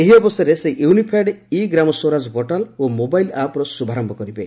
ଏହି ଅବସରରେ ସେ unified e Gram Swaraj portal ଓ ମୋବାଇଲ୍ ଆପ୍ର ଶୁଭାରୟ କରିବେ